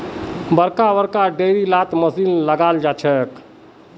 बड़का बड़का डेयरी लात मशीन लगाल जाछेक